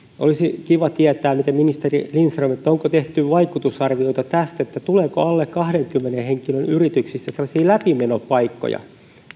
olisi kiva tietää ministeri lindström onko tehty vaikutusarvioita tästä tuleeko alle kahdenkymmenen henkilön yrityksistä sellaisia läpimenopaikkoja